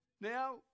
Now